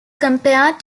compared